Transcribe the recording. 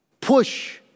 push